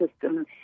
system